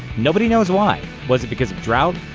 nobody knows why. was it because drought?